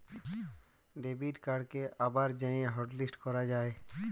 debit কাড়কে আবার যাঁয়ে হটলিস্ট ক্যরা যায়